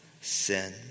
sin